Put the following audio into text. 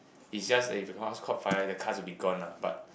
it's just if my house caught fire the cards will be gone lah but